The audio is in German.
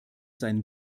seinen